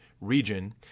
Region